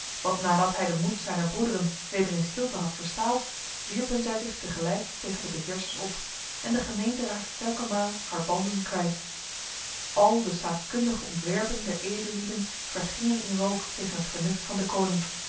want nadat hij de moed zijner broederen weder in stilte had verstaald wierpen zij zich tegelijk tegen de beheersers op en de gemeente raakte telkenmaal haar banden kwijt al de staatkundige ontwerpen der edellieden vergingen in rook tegen het vernuft van